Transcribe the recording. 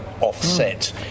offset